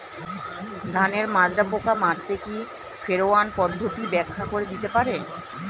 ধানের মাজরা পোকা মারতে কি ফেরোয়ান পদ্ধতি ব্যাখ্যা করে দিতে পারে?